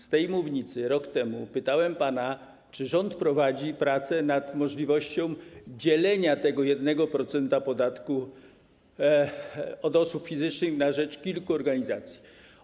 Z tej mównicy rok temu pytałem pana, czy rząd prowadzi prace nad możliwością dzielenia tego 1% podatku od osób fizycznych na rzecz kilku organizacji.